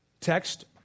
text